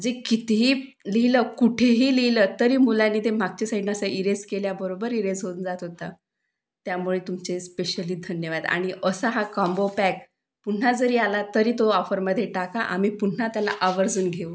जे कितीही लिहिलं कुठेही लिहिलं तरी मुलांनी ते मागच्या साईडनं असं इरेस केल्याबरोबर इरेझ होऊन जात होतं त्यामुळे तुमचे स्पेशली धन्यवाद आणि असा हा कॉम्बो पॅक पुन्हा जरी आला तरी तो ऑफरमध्ये टाका आम्ही पुन्हा त्याला आवर्जून घेऊ